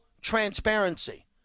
transparency